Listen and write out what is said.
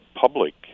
public